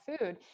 food